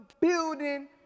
building